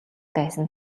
байсан